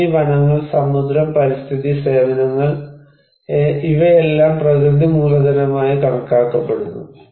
ഭൂമി വനങ്ങൾ സമുദ്രം പരിസ്ഥിതി സേവനങ്ങൾ ഇവയെല്ലാം പ്രകൃതി മൂലധനമായി കണക്കാക്കപ്പെടുന്നു